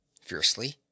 fiercely